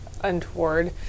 untoward